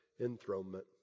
enthronement